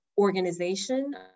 organization